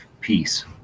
peace